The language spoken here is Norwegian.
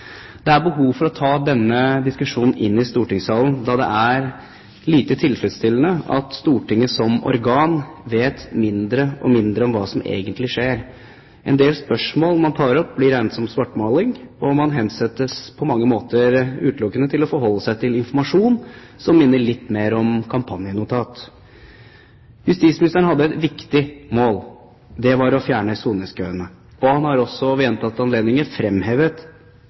Det er behov for å ta denne diskusjonen inn i stortingssalen, da det er lite tilfredsstillende at Stortinget som organ vet mindre og mindre om hva som egentlig skjer. En del spørsmål man tar opp, blir regnet som svartmaling, og man hensettes på mange måter utelukkende til å forholde seg til informasjon som minner litt mer om kampanjenotat. Justisministeren hadde et viktig mål. Det var å fjerne soningskøene. Han har også ved gjentatte anledninger fremhevet